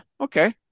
okay